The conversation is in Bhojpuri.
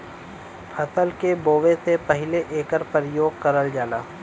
फसल के बोवे से पहिले एकर परियोग करल जाला